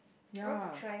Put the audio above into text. ya